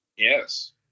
Yes